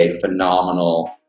phenomenal